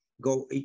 go